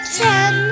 ten